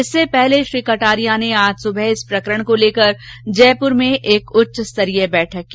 इससे पहले श्री कटारिया ने आज सुबह इस प्रकरण को लेकर जयपुर में एक उच्चस्तरीय बैठक की